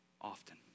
often